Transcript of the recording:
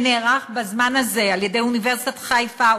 שנערך בזמן הזה על-ידי אוניברסיטת חיפה,